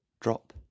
drop